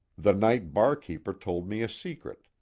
the night barkeeper told me a secret,